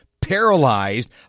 paralyzed